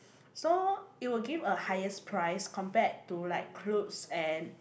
so it will give a higher price compared to like clothes and